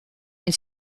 and